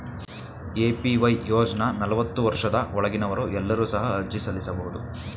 APY ಯೋಜ್ನ ನಲವತ್ತು ವರ್ಷದ ಒಳಗಿನವರು ಎಲ್ಲರೂ ಸಹ ಅರ್ಜಿ ಸಲ್ಲಿಸಬಹುದು